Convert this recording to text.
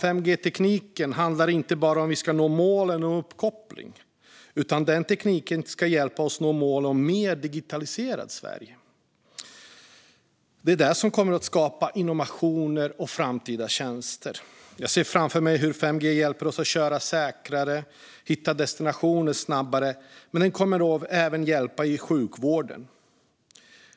5G-tekniken handlar inte bara om att vi ska nå målen om uppkoppling, utan denna teknik ska också hjälpa oss att nå målet om ett mer digitaliserat Sverige. Det är detta som kommer att skapa innovationer och framtida tjänster. Jag ser framför mig hur 5G hjälper oss att köra säkrare och hitta destinationer snabbare, men 5G kommer även att hjälpa i sjukvården.